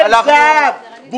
פניות מס' 185 עד 186. זה עגל זהב,